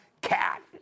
Cat